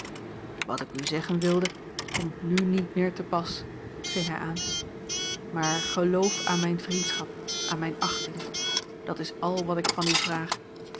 wat ik u zeggen wilde komt n niet meer te pas ving hij aan maar geloof aan mijne vriendschap aan mijne achting dat is al wat ik van u vraag